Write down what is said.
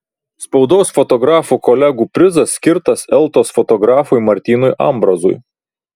spaudos fotografų kolegų prizas skirtas eltos fotografui martynui ambrazui